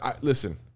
Listen